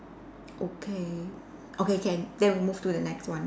okay okay can then we move to the next one